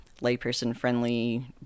layperson-friendly